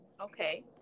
okay